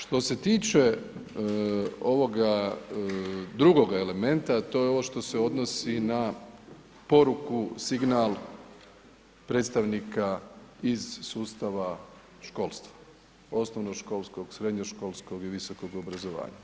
Što se tiče ovoga drugoga elementa to je ovo što se odnosi na poruku, signal predstavnika iz sustava školstva, osnovnoškolskog, srednjoškolskog i visokog obrazovanja.